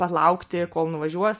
palaukti kol nuvažiuos